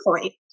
point